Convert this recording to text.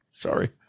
Sorry